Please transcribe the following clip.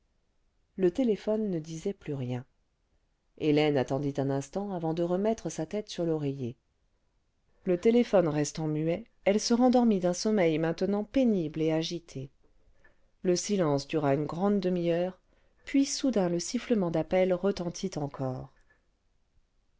le téléphone ne disait plus rien hélène attendit un instant avant de remettre sa tête sur l'oreiller le téléphone restant muet elle se rendormit d'un sommeil maintenant pénible et agité le silence dura une grande demiheure puis soudain le sifflement d'appel retentit encore